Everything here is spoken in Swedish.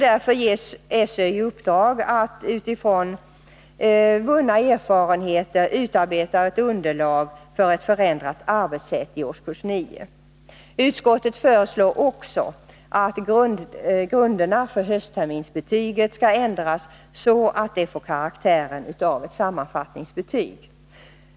Därför ges SÖ i uppdrag att utifrån vunna erfarenheter utarbeta underlag för ett förändrat arbetssätt i årskurs 9. Utskottet föreslår också att grunderna för höstterminsbetyget ändras så att det får karaktären av ett sammanfattningsbetyg.